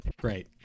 Great